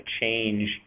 change